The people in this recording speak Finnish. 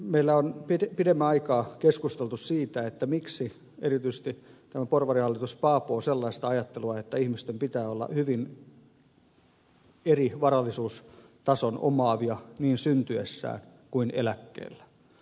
meillä on pidemmän aikaa keskusteltu siitä miksi erityisesti tämä porvarihallitus paapoo sellaista ajattelua että ihmisten pitää olla hyvin eri varallisuustason omaavia niin syntyessään kuin eläkkeellä